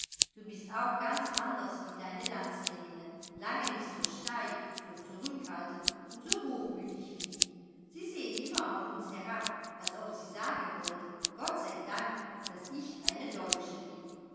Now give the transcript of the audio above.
du bist auch ganz anders wie deine landsmänninnen lange nicht so steif so zurückhaltend und so hochmütig wie die sie sehen immer auf uns herab als ob sie sagen wollten gott sei dank daß ich keine deutsche bin